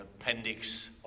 appendix